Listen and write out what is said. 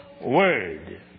word